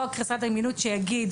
חוק חזקת אמינות שיגיד,